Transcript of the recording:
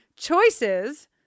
Choices